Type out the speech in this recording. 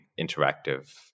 interactive